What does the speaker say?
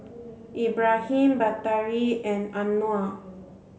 Ibrahim Batari and Anuar